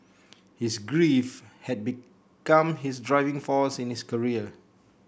his grief had become his driving force in his career